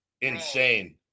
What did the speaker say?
insane